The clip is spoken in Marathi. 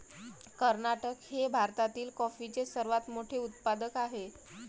कर्नाटक हे भारतातील कॉफीचे सर्वात मोठे उत्पादक आहे